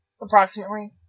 Approximately